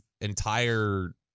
entire